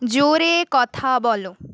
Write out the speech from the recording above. জোরে কথা বলো